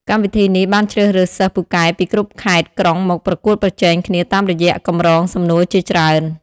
កម្មវិធីនេះបានជ្រើសរើសសិស្សពូកែពីគ្រប់ខេត្ត-ក្រុងមកប្រកួតប្រជែងគ្នាតាមរយៈកម្រងសំណួរជាច្រើន។